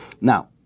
Now